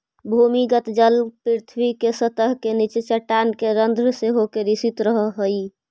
भूमिगत जल पृथ्वी के सतह के नीचे चट्टान के रन्ध्र से होके रिसित रहऽ हई